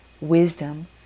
wisdom